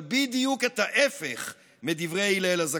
אבל בדיוק, את ההפך מדברי הלל הזקן: